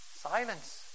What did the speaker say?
silence